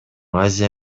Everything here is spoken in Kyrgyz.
азия